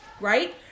right